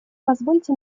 позвольте